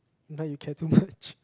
but you care too much